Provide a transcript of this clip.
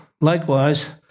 likewise